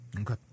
Okay